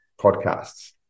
Podcasts